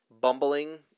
bumbling